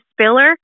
spiller